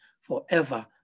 forever